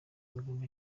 amagambo